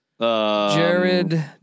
Jared